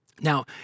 Now